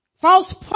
False